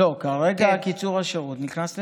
לא, כרגע קיצור השירות נכנס לתוקף.